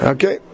Okay